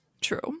True